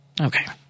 Okay